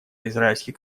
израильский